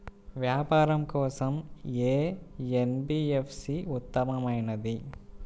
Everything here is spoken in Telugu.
వ్యాపారం కోసం ఏ ఎన్.బీ.ఎఫ్.సి ఉత్తమమైనది?